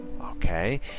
okay